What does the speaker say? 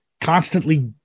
constantly